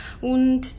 und